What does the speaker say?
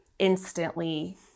instantly